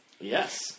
Yes